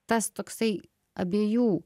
tas toksai abiejų